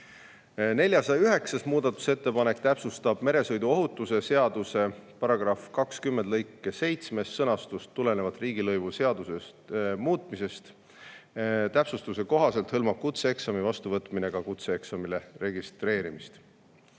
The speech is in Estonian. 409. muudatusettepanek täpsustab meresõiduohutuse seaduse § 20 lõike 7 sõnastust tulenevalt riigilõivuseaduse muutmisest. Täpsustuse kohaselt hõlmab kutseeksami vastuvõtmine ka kutseeksamile registreerimist.